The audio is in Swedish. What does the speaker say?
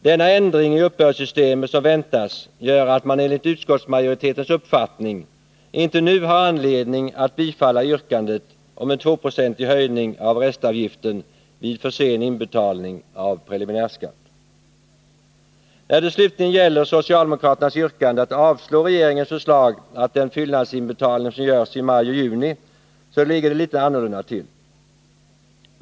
Den ändring i uppbördssystemet som väntas gör att man enligt utskottsmajoritetens uppfattning inte nu har anledning att bifalla yrkandet om en 2-procentig höjning av restavgiften vid för sen inbetalning av preliminärskatt. När det slutligen gäller socialdemokraternas yrkande om avslag på regeringens förslag beträffande den fyllnadsinbetalning som görs i maj och juni ligger det litet annorlunda till.